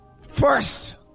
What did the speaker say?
first